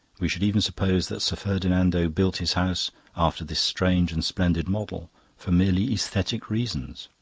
we should even suppose that sir ferdinando built his house after this strange and splendid model for merely aesthetic reasons.